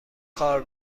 کار